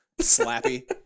slappy